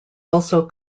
also